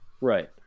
Right